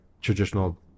traditional